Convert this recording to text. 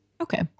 Okay